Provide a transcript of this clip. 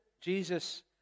Jesus